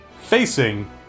facing